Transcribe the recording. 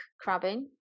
crabbing